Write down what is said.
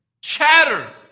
Chatter